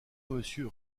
monsieur